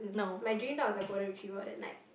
my dream dog was a golden retriever then like